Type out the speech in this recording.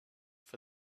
for